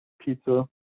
Pizza